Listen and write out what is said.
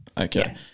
Okay